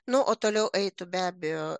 nu o toliau eitų be abejo